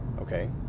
Okay